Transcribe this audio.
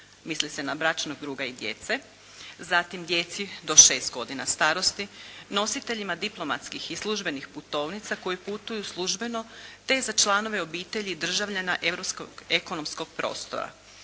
Misli se na bračnog druga i djece. Zatim djeci do 6 godina starosti, nositeljima diplomatskih i službenih putovnica koji putuju službeno te za članove obitelji državljana europskog ekonomskog prostora.